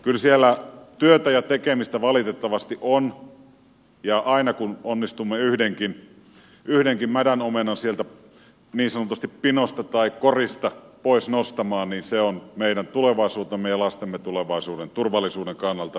kyllä siellä työtä ja tekemistä valitettavasti on ja aina kun onnistumme yhdenkin mädän omenan sieltä niin sanotusti pinosta tai korista pois nostamaan niin se on meidän tulevaisuutemme ja lastemme tulevaisuuden turvallisuuden kannalta ensiarvoisen tärkeää